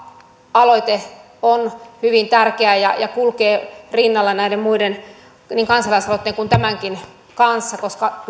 aloite on hyvin tärkeä ja ja kulkee näiden muiden rinnalla niin kansalaisaloitteen kuin tämänkin kanssa koska